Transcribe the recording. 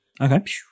Okay